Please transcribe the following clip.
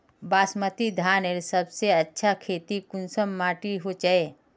बासमती धानेर सबसे अच्छा खेती कुंसम माटी होचए?